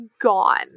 gone